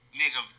nigga